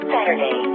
Saturday